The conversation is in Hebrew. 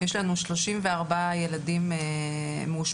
יש לנו 34 ילדים מאושפזים,